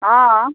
অঁ